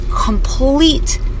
complete